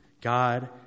God